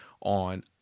on